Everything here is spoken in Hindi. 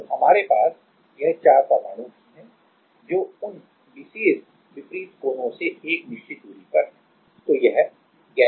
तो हमारे पास यह 4 परमाणु भी हैं जो उन विशेष विपरीत कोनों से एक निश्चित दूरी पर हैं